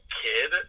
kid